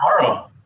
Tomorrow